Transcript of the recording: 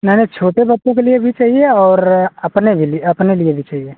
नहीं नहीं छोटे बच्चों के लिए भी चाहिए और अपने भी अपने लिए भी चाहिए